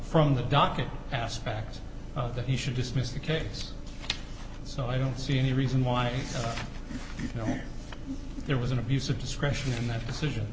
from the docket aspect that he should dismiss the case so i don't see any reason why you know there was an abuse of discretion in that decision